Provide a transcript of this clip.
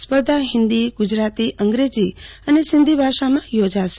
સ્પર્ધા ફિન્દી ગુજરાતી અંગ્રેજી અને સિન્ધી ભાષામાં યોજાશે